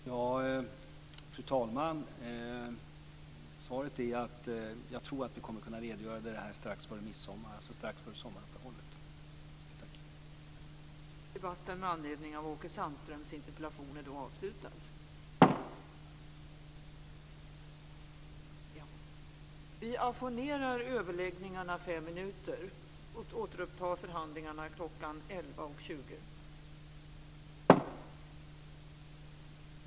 Fru talman! Svaret är att jag tror att vi kommer att kunna redogöra för det här strax före midsommar, alltså strax före sommaruppehållet. Tack!